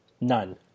None